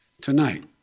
Tonight